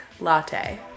Latte